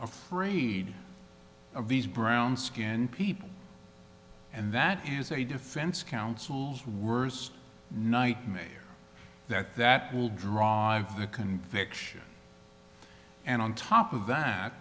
afraid of these brown skinned people and that is a defense counsel's worst nightmare that that will drive the conviction and on top of that